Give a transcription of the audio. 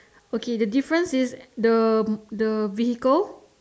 okay the difference is the the vehicle